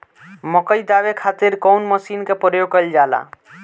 मकई दावे खातीर कउन मसीन के प्रयोग कईल जाला?